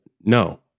No